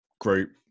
group